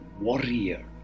warrior